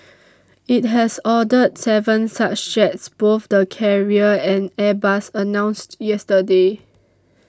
it has ordered seven such jets both the carrier and Airbus announced yesterday